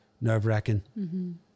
nerve-wracking